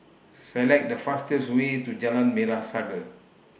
Select The fastest Way to Jalan Merah Saga